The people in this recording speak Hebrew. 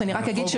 אני רק אגיד,